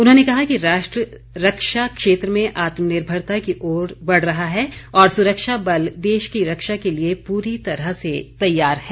उन्होंने कहा कि राष्ट्र रक्षा क्षेत्र में आत्मनिर्भरता की ओर बढ़ रहा है और सुरक्षा बल देश की रक्षा के लिए पूरी तरह से तैयार हैं